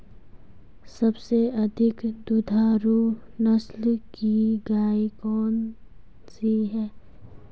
सबसे अधिक दुधारू नस्ल की गाय कौन सी है?